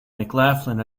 mclaughlin